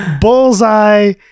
bullseye